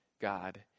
God